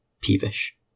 peevish